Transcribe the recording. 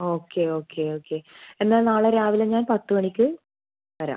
okay okay okay എന്നാൽ നാളെ രാവിലെ ഞാൻ പത്ത് മണിക്ക് വരാം